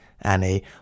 Annie